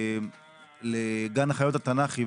לגן החיות התנ"כי,